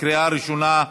בקריאה ראשונה.